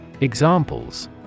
Examples